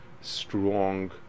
strong